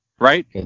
Right